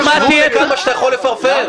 יש גבול לכמה שאתה יכול לפרפר.